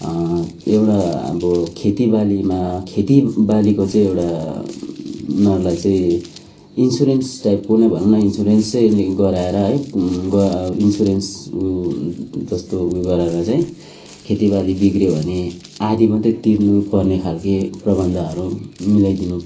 एउटा अब खेतीबालीमा खेतीबालीको चाहिँ एउटा उनीहरूलाई चाहिँ इन्सुरेन्स टाइपको नै भनौँ न इन्सुरेन्सै गराएर है ग इन्सुरेन्स जस्तो उयो गराएर चाहिँ खेतीबाली बिग्रियो भने आधा मात्रै तिर्नु पर्ने खालके प्रबन्धहरू मिलाइदिनु